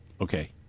Okay